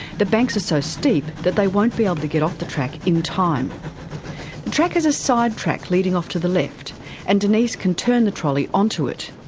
the banks are so steep that they won't be able to get off the track in time. the track has a side track leading off to the left and denise can turn the trolley onto it.